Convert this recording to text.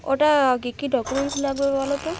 ওটা কী কী ডকুমেন্টস লাগবে বলো তো